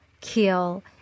kill